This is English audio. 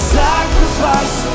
sacrifice